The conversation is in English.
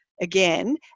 again